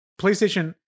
PlayStation